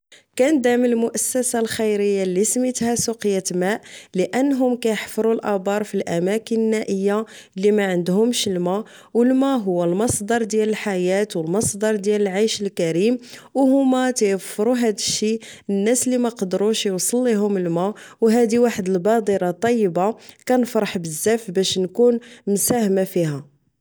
كندعم المؤسسة الخيرية لي سميتها سوقية ماء لأنهم كيحفرو أبار فالأماكن النائية لي معندهومش الماء أو الماء هو المصدر ديال الحياة أو المصدر ديال العيش الكريم أوهوما تيوفرو هادشي للناس لي ميقدروش يوصل ليهم الماء أو هذه واحد البادرة طيبة كنفرح بزاف باش نكون مساهمة فيها